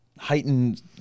heightened